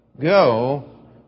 Go